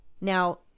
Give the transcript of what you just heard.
Now